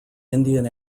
indian